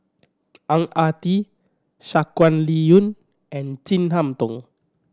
Ang Ah Tee Shangguan Liuyun and Chin Harn Tong